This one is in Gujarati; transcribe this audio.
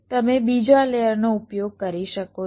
તમે બીજા લેયરનો ઉપયોગ કરી શકો છો